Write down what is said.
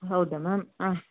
ಹೌದಾ ಮ್ಯಾಮ್ ಆಂ